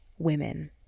women